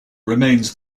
remains